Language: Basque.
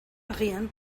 agian